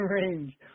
range